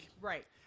Right